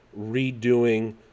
redoing